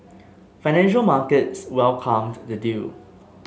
financial markets welcomed the deal